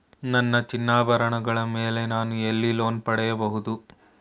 ನನ್ನ ಚಿನ್ನಾಭರಣಗಳ ಮೇಲೆ ನಾನು ಎಲ್ಲಿ ಲೋನ್ ಪಡೆಯಬಹುದು?